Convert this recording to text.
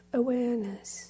awareness